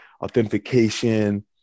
authentication